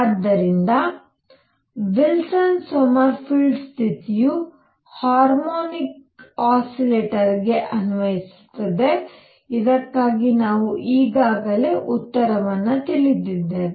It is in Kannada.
ಆದ್ದರಿಂದ ವಿಲ್ಸನ್ ಸೊಮರ್ಫೆಲ್ಡ್ ಸ್ಥಿತಿಯು ಹಾರ್ಮೋನಿಕ್ ಆಸಿಲೆಟರ್ಗೆ ಅನ್ವಯಿಸುತ್ತದೆ ಇದಕ್ಕಾಗಿ ನಾವು ಈಗಾಗಲೇ ಉತ್ತರವನ್ನು ತಿಳಿದಿದ್ದೇವೆ